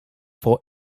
for